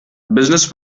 business